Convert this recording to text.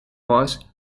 was